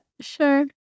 sure